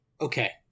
Okay